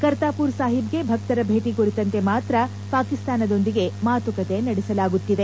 ಕರ್ತಾಪುರ್ ಸಾಹೀಬ್ಗೆ ಭಕ್ತರ ಭೇಟಿ ಕುರಿತಂತೆ ಮಾತ್ರ ಪಾಕಿಸ್ತಾನದೊಂದಿಗೆ ಮಾತುಕತೆ ನಡೆಸಲಾಗುತ್ತಿದೆ